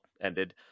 ended